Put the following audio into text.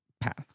path